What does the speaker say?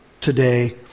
today